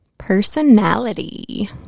personality